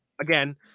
Again